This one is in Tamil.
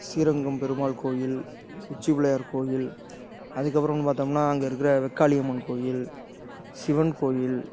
ஸ்ரீரங்கம் பெருமாள் கோவில் உச்சி பிள்ளையார் கோவில் அதுக்கு அப்புறம்னு பார்த்தோம்னா அங்கே இருக்கிற வெக்காளியம்மன் கோவில் சிவன் கோவில்